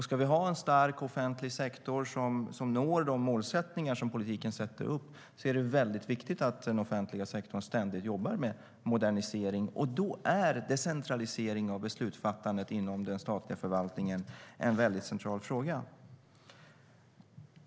Ska vi ha en stark offentlig sektor som når de målsättningar som politiken sätter upp är det väldigt viktigt att den offentliga sektorn ständigt jobbar med modernisering, och då är decentralisering av beslutsfattandet inom den statliga förvaltningen en väldigt central fråga.